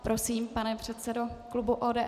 Prosím, pane předsedo klubu ODS.